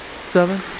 seven